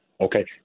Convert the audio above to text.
Okay